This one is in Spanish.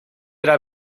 era